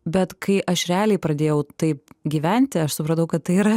bet kai aš realiai pradėjau taip gyventi aš supratau kad tai yra